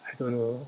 I don't know